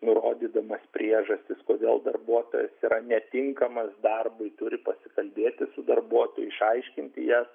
nurodydamas priežastis kodėl darbuotojas yra netinkamas darbui turi pasikalbėti su darbuotoju išaiškinti jas